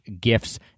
gifts